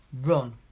run